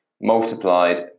multiplied